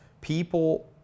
People